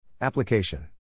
Application